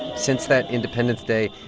since that independence day,